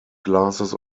glasses